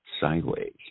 Sideways